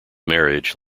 marriage